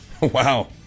Wow